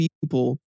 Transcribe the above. people